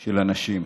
של אנשים.